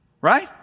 Right